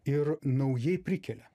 ir naujai prikelia